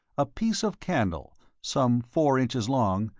a piece of candle, some four inches long,